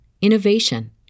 innovation